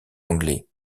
anglais